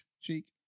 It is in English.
cheek